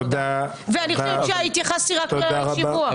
אני חושבת שהתייחסתי רק לשימוע.